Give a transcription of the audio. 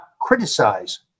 criticize